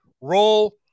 roll